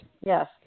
Yes